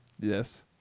Yes